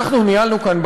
אנחנו ניהלנו כאן,